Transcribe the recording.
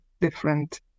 different